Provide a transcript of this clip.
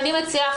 אני מציעה,